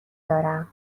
دارم